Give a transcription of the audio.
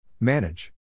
Manage